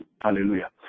Hallelujah